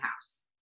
house